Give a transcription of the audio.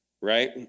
right